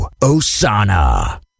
osana